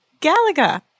Galaga